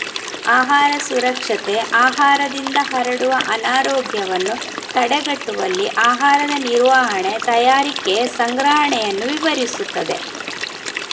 ಆಹಾರ ಸುರಕ್ಷತೆ ಆಹಾರದಿಂದ ಹರಡುವ ಅನಾರೋಗ್ಯವನ್ನು ತಡೆಗಟ್ಟುವಲ್ಲಿ ಆಹಾರದ ನಿರ್ವಹಣೆ, ತಯಾರಿಕೆ, ಸಂಗ್ರಹಣೆಯನ್ನು ವಿವರಿಸುತ್ತದೆ